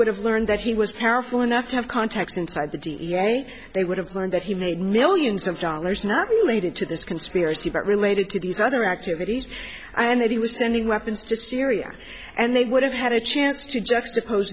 would have learned that he was powerful enough to have contacts inside the d n a they would have learned that he made millions of dollars not related to this conspiracy but related to these other activities and that he was sending weapons to syria and they would have had a chance to